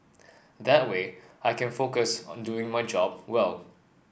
that way I can focus on doing my job well